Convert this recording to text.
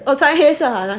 oh 穿黑色 ah